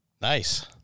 Nice